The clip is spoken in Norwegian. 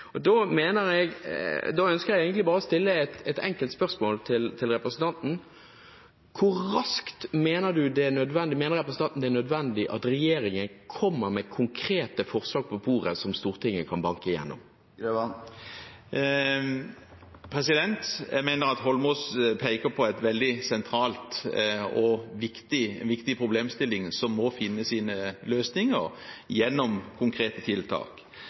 Da ønsker jeg egentlig bare å stille et enkelt spørsmål til representanten: Hvor raskt mener representanten det er nødvendig at regjeringen kommer med konkrete forslag på bordet som Stortinget kan banke igjennom? Jeg mener at Holmås peker på en veldig sentral og viktig problemstilling, som må finne sin løsning gjennom konkrete tiltak.